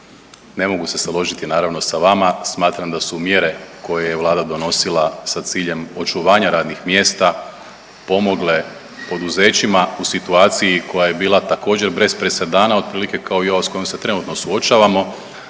ne mogu se složiti naravno sa vama, smatram da su mjere koje je Vlada donosila sa ciljem očuvanja radnih mjesta pomogle poduzećima u situaciji koja je bila također brez presedana otprilike kao i ova s kojom se trenutno suočavamo,